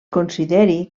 consideri